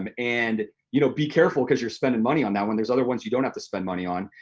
um and you know be careful cause you're spending money on that when there's other ones you don't have to spend money on.